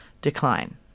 decline